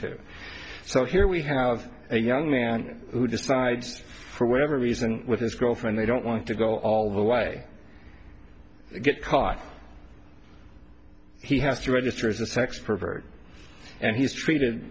to so here we have a young man who decides for whatever reason with his girlfriend they don't want to go all the way get caught he has to register as a sex pervert and he's treated